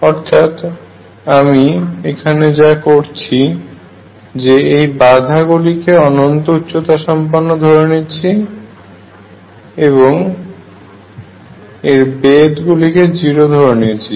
অর্থাৎ আমি এখানে যা করেছি যে এই বাধাগুলি কে অনন্ত উচ্চতা সম্পন্ন ধরে নিয়েছি এবং তাদের বেধ কে 0 ধরে নিয়েছি